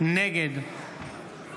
נגד